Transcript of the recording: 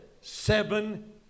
seven